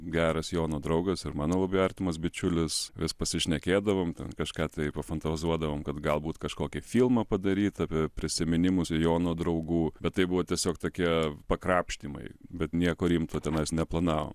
geras jono draugas ir mano labai artimas bičiulis vis pasišnekėdavom ten kažką tai pafantazuodavom kad galbūt kažkokį filmą padaryt apie prisiminimų ir jono draugų bet tai buvo tiesiog tokie pakrapštymai bet nieko rimto tenais neplanavom